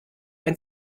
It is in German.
ein